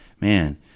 man